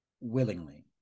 willingly